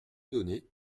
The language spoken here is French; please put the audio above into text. donné